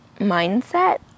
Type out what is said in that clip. mindset